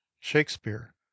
shakespeare